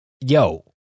yo